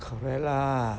correct lah